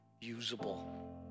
usable